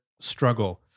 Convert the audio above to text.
struggle